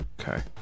Okay